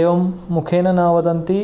एवं मुखेन न वदन्ति